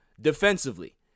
defensively